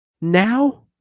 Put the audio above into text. Now